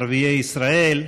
ערביי ישראל.